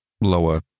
lower